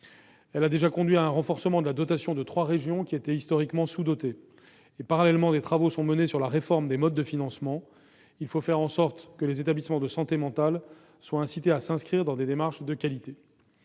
Celle-ci a déjà conduit à un renforcement de la dotation de trois régions historiquement sous-dotées. Parallèlement, des travaux sont menés sur la réforme des modes de financement. Il faut faire en sorte que les établissements de santé mentale soient incités à s'inscrire dans des démarches de qualité.